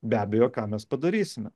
be abejo ką mes padarysime